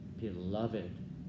beloved